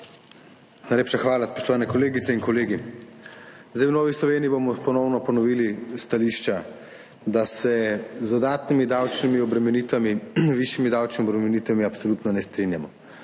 hvala. Spoštovane kolegice in kolegi. Zdaj v Novi Sloveniji bomo ponovno ponovili stališča, da se z dodatnimi davčnimi obremenitvami, višjimi davčnimi obremenitvami absolutno ne strinjamo